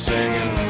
Singing